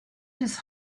his